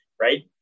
right